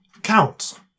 Count